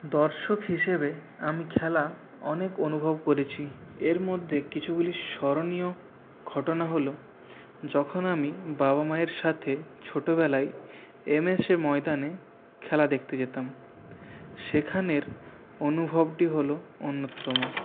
দর্শক হিসেবে আমি খেলা অনেক অনুভব করেছি এরমধ্যে কিছুগুলি স্মরণীয় ঘটনা হল যখন আমি বাবা মায়ের সাথে ছোটোবেলায় এম এস এ ময়দানে খেলা দেখতে যেতাম সেখানের অনুভবটি হল অন্যতম